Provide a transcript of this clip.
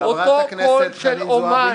אותו קול של אמן --- חברת הכנסת חנין זועבי,